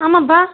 ஆமாம்ப்பா